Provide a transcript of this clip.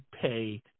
pay